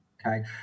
Okay